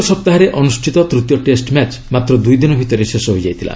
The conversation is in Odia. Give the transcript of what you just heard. ଗତ ସପ୍ତାହରେ ଅନୁଷ୍ଠିତ ତୂତୀୟ ଟେଷ୍ଟ ମ୍ୟାଚ୍ ମାତ୍ର ଦୁଇ ଦିନ ଭିତରେ ଶେଷ ହୋଇଯାଇଥିଲା